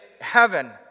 heaven